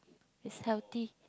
it's healthy